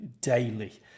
daily